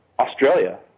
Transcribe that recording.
Australia